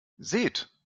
seht